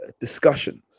discussions